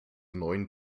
neuen